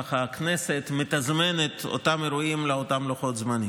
הכנסת מתזמנת את אותם אירועים באותם לוחות זמנים.